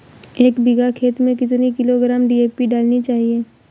एक बीघा खेत में कितनी किलोग्राम डी.ए.पी डालनी चाहिए?